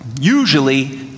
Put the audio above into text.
usually